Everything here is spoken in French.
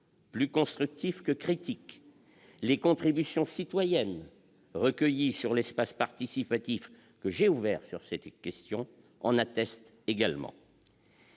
plus constructives que critiques, les contributions citoyennes recueillies sur l'espace participatif que j'ai ouvert sur ces questions l'attestent également.